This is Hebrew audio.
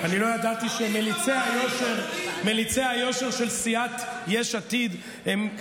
30 מיליון שקל לעידוד השתמטות מצה"ל.